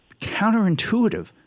counterintuitive